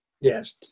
Yes